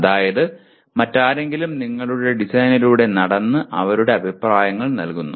അതായത് മറ്റാരെങ്കിലും നിങ്ങളുടെ ഡിസൈനിലൂടെ നടന്ന് അവരുടെ അഭിപ്രായങ്ങൾ നൽകുന്നു